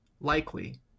likely